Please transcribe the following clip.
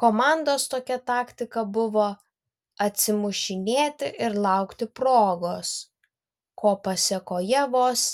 komandos tokia taktika buvo atsimušinėti ir laukti progos ko pasėkoje vos